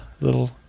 little